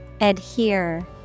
Adhere